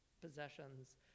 possessions